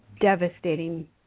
devastating